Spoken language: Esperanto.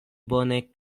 bone